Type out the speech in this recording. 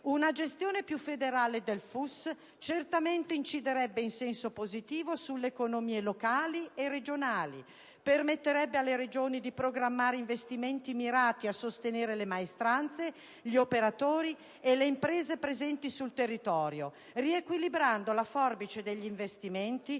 Una gestione più generale del FUS certamente inciderebbe in senso positivo sulle economie locali e regionali; permetterebbe alle Regioni di programmare investimenti mirati a sostenere le maestranze, gli operatori e le imprese presenti sul territorio, riequilibrando la forbice degli investimenti,